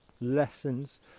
lessons